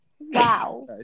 Wow